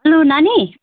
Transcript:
hello नानी